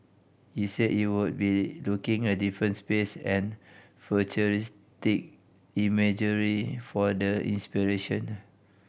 he said he would be looking at different space and futuristic imagery for the inspiration